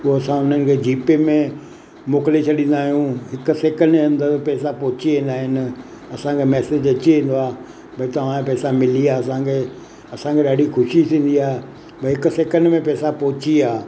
पोइ असां उन्हनि खे जी पे में मोकिले छॾींदा आहियूं हिकु सेकंड जे अंदरि पैसा पहुची वेंदा आहिनि असांखे मेसेज स्ची वेंदो आहे बि तव्हांजा पैसा मिली विया असांखे असांखे ॾाढी ख़ुशी थींदी आहे भई हिकु सेकंड में पैसा पहुची विया